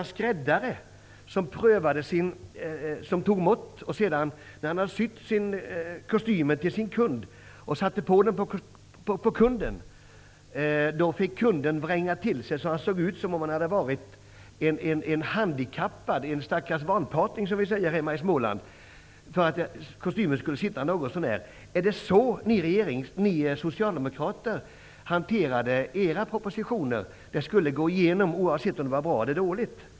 En skräddare tog mått, men när han satte kostymen på kunden fick denne vränga till sig så att han såg ut som om han hade varit handikappad, en starkars vanparting, som vi säger i Småland, för att kostymen skulle sitta något så när bra. Är det så ni socialdemokrater hanterade era propositioner? De skulle gå genom, oavsett om de var bra eller dåliga.